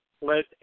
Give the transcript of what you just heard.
let